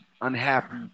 unhappy